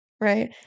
Right